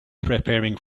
preparing